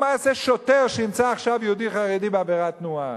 מה יעשה שוטר שימצא עכשיו יהודי-חרדי בעבירת תנועה?